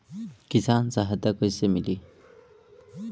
किसान सहायता कईसे मिली?